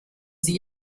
sie